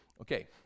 Okay